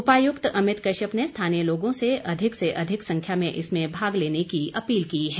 उपायुक्त अमित कश्यप ने स्थानीय लोगों से अधिक से अधिक संख्या में इसमें भाग लेने की अपील की है